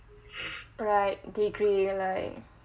right degree like